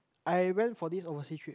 I went for this overseas trip